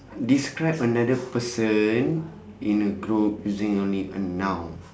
describe another person in a group using only a noun